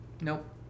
Nope